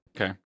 Okay